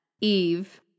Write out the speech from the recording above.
Eve